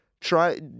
try